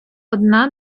одна